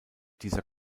dieser